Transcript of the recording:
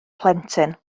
plentyn